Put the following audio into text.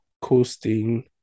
coasting